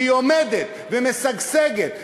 והיא עומדת ומשגשגת.